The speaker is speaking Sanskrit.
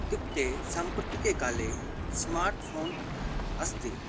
इत्युक्ते साम्प्रतिके काले स्माट् फ़ोन् अस्ति